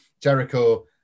Jericho